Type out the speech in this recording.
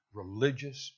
religious